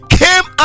came